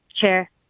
chair